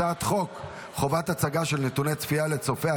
הצעת חוק חובת הצגה של נתוני צפייה לצופה,